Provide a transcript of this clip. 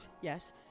Yes